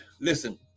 Listen